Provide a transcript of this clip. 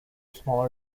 smaller